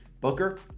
Booker